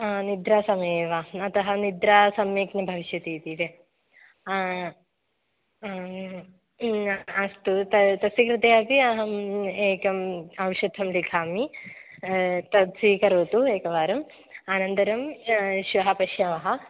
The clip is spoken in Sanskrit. निद्रा समये वा अतः निद्रा सम्यक् न भविष्यति इति दे अस्तु त तस्य कृते अपि अहम् एकम् औषधं लिखामि तत् स्वीकरोतु एकवारम् अनन्तरं श्वः पश्यामः